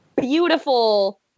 beautiful